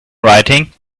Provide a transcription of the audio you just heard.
writing